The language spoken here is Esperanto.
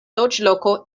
loĝloko